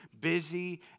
busy